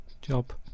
job